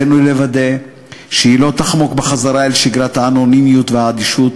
עלינו לוודא שהיא לא תחמוק בחזרה אל שגרת האנונימיות והאדישות,